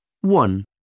One